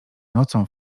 nocą